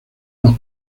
los